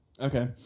Okay